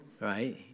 right